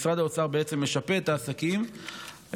משרד האוצר בעצם משפה את העסקים באופן